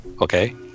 Okay